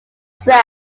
stress